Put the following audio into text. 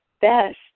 best